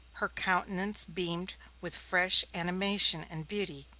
her countenance beamed with fresh animation and beauty,